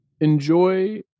enjoy